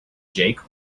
jake